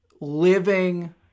living